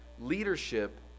leadership